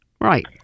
Right